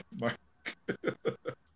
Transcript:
Mark